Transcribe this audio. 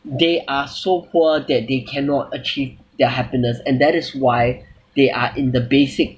they are so poor that they cannot achieve their happiness and that is why they are in the basic